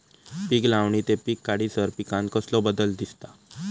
पीक लावणी ते पीक काढीसर पिकांत कसलो बदल दिसता?